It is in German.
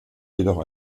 jedoch